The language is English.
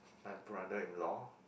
my brother-in-law